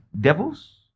devils